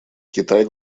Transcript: китай